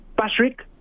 Patrick